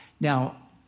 Now